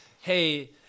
hey